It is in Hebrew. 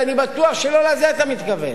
ואני בטוח שלא לזה אתה מתכוון,